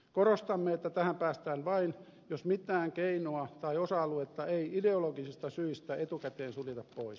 korostamme että tähän päästään vain jos mitään keinoa tai osa aluetta ei ideologisista syistä etukäteen suljeta pois